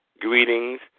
greetings